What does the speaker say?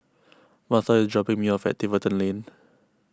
Martha is dropping me off at Tiverton Lane